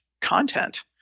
content